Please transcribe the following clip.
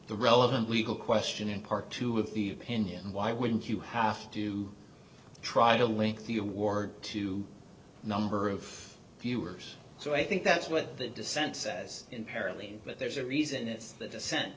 the relevant legal question in part two of the opinion why wouldn't you have to try to link the award to number of viewers so i think that's what the dissent says imperiling but there's a reason it's the dissent